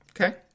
Okay